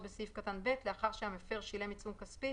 בסעיף קטן (ב) לאחר שהמפר שילם עיצום כספי